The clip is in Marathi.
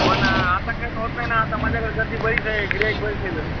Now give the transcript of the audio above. पण आता करणं होत नाहीना आता माझ्याकडे गर्दी बरीच आहे गिराईक बरीच आहेत